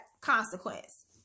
consequence